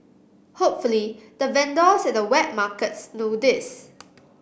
hopefully the vendors at the wet markets know this